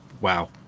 Wow